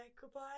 Goodbye